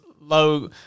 low